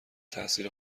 تأثیر